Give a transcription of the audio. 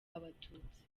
abatutsi